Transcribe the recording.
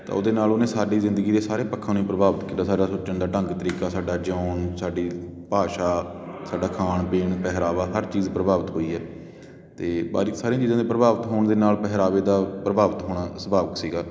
ਤਾਂ ਉਹਦੇ ਨਾਲ ਉਹਨੇ ਸਾਡੀ ਜ਼ਿੰਦਗੀ ਦੇ ਸਾਰੇ ਪੱਖਾਂ ਨੂੰ ਪ੍ਰਭਾਵਿਤ ਕੀਤਾ ਸਾਡਾ ਸੋਚਣ ਦਾ ਢੰਗ ਤਰੀਕਾ ਸਾਡਾ ਜਿਊਣ ਸਾਡੀ ਭਾਸ਼ਾ ਸਾਡਾ ਖਾਣ ਪੀਣ ਪਹਿਰਾਵਾ ਹਰ ਚੀਜ਼ ਪ੍ਰਭਾਵਿਤ ਹੋਈ ਹੈ ਅਤੇ ਬਾਕੀ ਸਾਰੀਆਂ ਚੀਜ਼ਾਂ ਦੇ ਪ੍ਰਭਾਵਿਤ ਹੋਣ ਦੇ ਨਾਲ ਪਹਿਰਾਵੇ ਦਾ ਪ੍ਰਭਾਵਿਤ ਹੋਣਾ ਸੁਭਾਵਿਕ ਸੀਗਾ